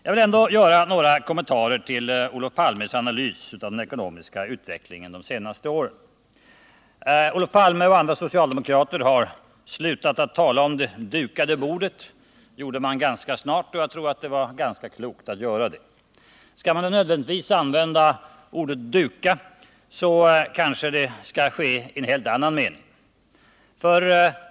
Jag vill ändå göra några kommentarer till Olof Palmes analys av den ekonomiska utvecklingen under de senaste åren. Olof Palme och andra socialdemokrater har slutat att tala om det dukade bordet. Det gjorde man ganska snart, och jag tror att det var klokt att göra det. Skall man nödvändigtvis använda ordet ”duka” skall det kanske ges en helt annan mening.